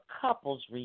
couple's